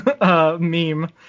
meme